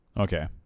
Okay